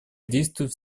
действует